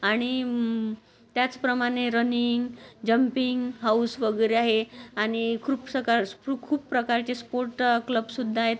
आणि त्याचप्रमाणे running jumping house वगैरे आहे आणि खूप सकार खूप प्रकारचे स्पोर्ट क्लबसुद्धा आहेत